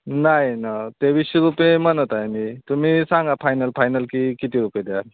नाही न तेवीसशे रुपये म्हणत आहे मी तुम्ही सांगा फायनल फायनल की किती रुपये द्याल